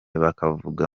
bakavuga